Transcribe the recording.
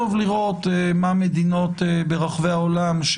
טוב לראות מה מדינות ברחבי העולם,